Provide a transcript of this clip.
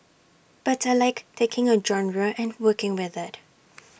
but I Like taking A genre and working with IT